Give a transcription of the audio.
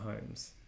homes